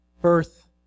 birth